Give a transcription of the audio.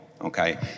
okay